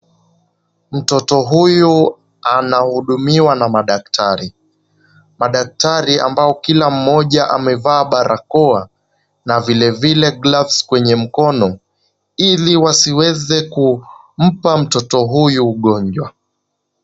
Mtoto huyu anahudumiwa na madaktari. Madaktari ambao kila mmoja amevaa barakoa na vilevile glaves kwenye mkono ili wasiweze kumpa mtoto huyu ugonjwa.